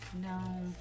No